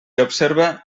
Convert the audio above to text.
observa